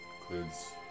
includes